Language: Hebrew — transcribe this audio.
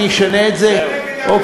אני אשנה את זה, אוקיי?